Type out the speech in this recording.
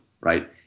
right